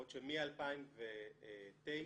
בעוד שמ-2009,